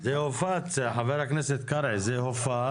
חבר הכנסת קרעי, זה הופץ.